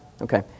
Okay